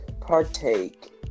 partake